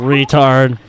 Retard